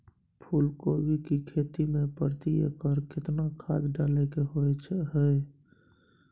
फूलकोबी की खेती मे प्रति एकर केतना खाद डालय के होय हय?